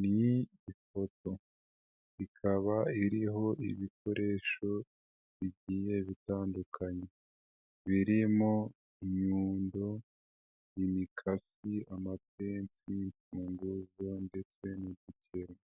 Ni ifoto ikaba iriho ibikoresho bigiye bitandukanye birimo inyundo, imikasi, amape y'imfunguzo ndetse n'ibindi.